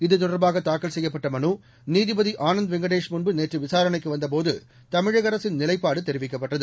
இத்தொடர்பாக தாக்கல் செய்யப்பட்ட மனு நீதிபதி ஆனந்த் வெங்கடேஷ் முன்பு நேற்று விசாரணைக்கு வந்தபோது தமிழக அரசின் நிலைப்பாடு தெரிவிக்கப்பட்டது